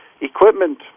equipment